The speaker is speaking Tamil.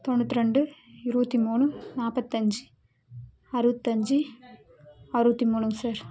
தொண்ணூற்றி ரெண்டு இருபத்தி மூணு நாற்பத்தஞ்சி அறுபத்தஞ்சி அறுபத்தி மூணுங்க சார்